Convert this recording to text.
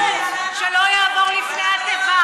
שהדיינים קבעו שלא יעבור לפני התיבה